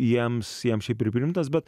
jiems jiems ir priimtas bet